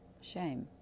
Shame